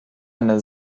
eine